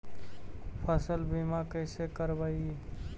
फसल बीमा कैसे करबइ?